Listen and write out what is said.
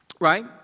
right